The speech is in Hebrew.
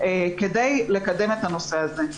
כדי לקדם את הנושא הזה.